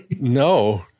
No